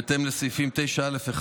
בהתאם לסעיפים 9(א)(11)